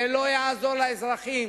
זה לא יעזור לאזרחים